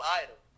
item